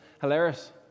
hilarious